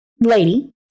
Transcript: lady